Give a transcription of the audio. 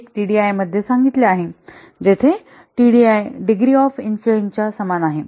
01 टीडीआयमध्ये सांगितले आहे जेथे टीडीआय डिग्री ऑफ इन्फ्लुएन्स च्या समान आहे